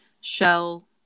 Shell